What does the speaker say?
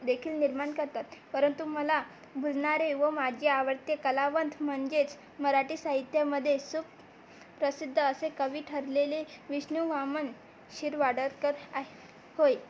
देखील निर्माण करतात परंतु मला भुलणारे व माझे आवडते कलावंत म्हणजेच मराठी साहित्यामध्ये सुप्रसिद्ध असे कवी ठरलेले विष्णू वामन शिरवाडकर आहे होय